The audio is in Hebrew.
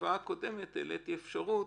ובישיבה הקודמת העליתי אפשרות